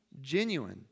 Genuine